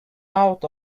out